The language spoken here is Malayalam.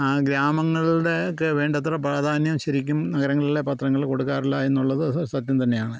ആ ഗ്രാമങ്ങളുടെ ഒക്കെ വേണ്ടത്ര പ്രാധാന്യം ശരിക്കും നഗരങ്ങളിലെ പത്രങ്ങൾ കൊടുക്കാറില്ല എന്നുള്ളത് സത്യം തന്നെയാണ്